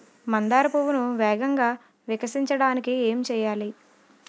మందార పువ్వును వేగంగా వికసించడానికి ఏం చేయాలి?